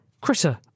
Critter